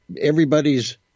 everybody's